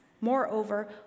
Moreover